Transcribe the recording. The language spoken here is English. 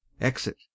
Exit